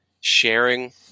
sharing